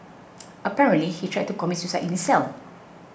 apparently he tried to commit suicide in his cell